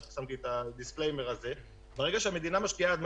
רק אמרתי את ה-disclaimer הזה ברגע שהמדינה משקיעה 150